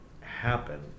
happen